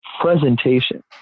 presentation